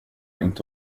inte